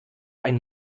einen